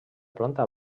planta